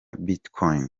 bitcoin